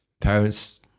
Parents